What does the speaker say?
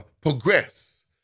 progress